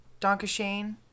Donkashane